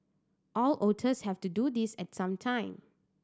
all otters have to do this at some time